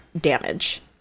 damage